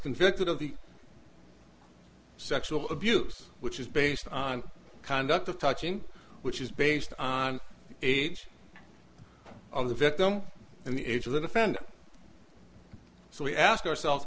convicted of the sexual abuse which is based on conduct of touching which is based on age of the victim and the age of the defendant so we ask ourselves